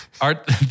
Art